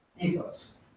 ethos